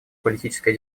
политической